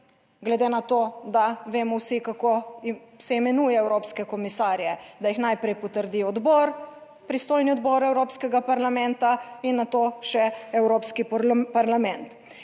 glede na to, da vemo vsi, kako se imenuje evropske komisarje - da jih najprej potrdi odbor, pristojni odbor Evropskega parlamenta in nato še Evropski parlament.